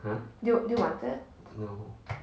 do you want it